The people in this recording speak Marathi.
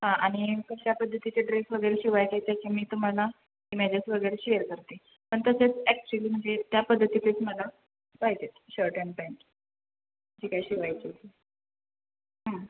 हां आणि कशा पद्धतीचे ड्रेस वगैरे शिवायचे त्याचं मी तुम्हाला इमॅजेज वगैरे शेअर करते पण तसेच अॅक्च्युअली म्हणजे त्या पद्धतीचेच मला पाहिजे शर्ट अँड पॅन्ट जे काही शिवायचे आहेत